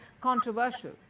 controversial